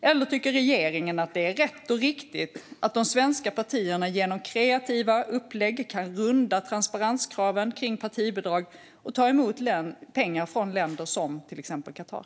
Eller tycker regeringen att det är rätt och riktigt att de svenska partierna genom kreativa upplägg kan runda transparenskraven för partibidrag och ta emot pengar från länder som till exempel Qatar?